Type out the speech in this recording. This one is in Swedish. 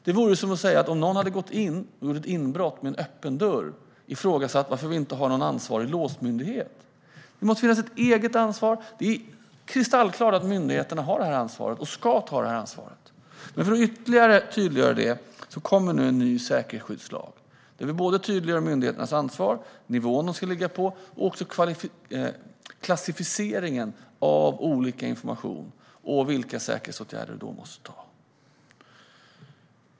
Det vore som att fråga sig varför vi inte har någon ansvarig låsmyndighet när någon har gjort inbrott då dörren stod öppen. Det måste finnas ett eget ansvar. Det är kristallklart att myndigheterna har detta ansvar och att de ska ta det. Men för att ytterligare tydliggöra detta kommer nu en ny säkerhetsskyddslag. Där tydliggör vi myndigheternas ansvar, vilken nivå de ska ligga på samt klassificeringen av olika slags information och vilka säkerhetsåtgärder som måste vidtas.